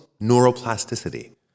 neuroplasticity